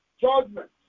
judgment